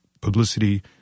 publicity